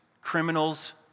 criminals